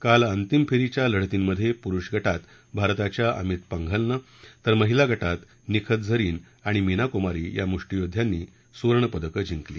काल अंतिम फेरीच्या लढतींमध्ये पुरूष गटात भारताच्या अमित पांघलनं तर महिला गटात निखत झरीन आणि मीनाकुमारी या मुष्टियोद्ध्यांनी गात सुवर्णपदक जिंकली